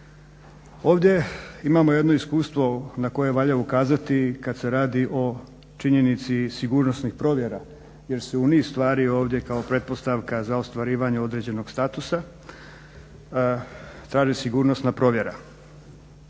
Ovdje imamo jedno iskustvo na koje valja ukazati kad se radi o činjenici iz sigurnosnih provjera jer se u niz stvari ovdje kao pretpostavka za ostvarivanje određenog statusa traži sigurnosna provjera